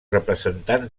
representants